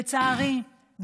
לצערי,